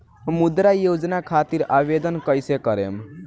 मुद्रा योजना खातिर आवेदन कईसे करेम?